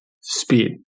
speed